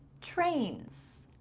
trains,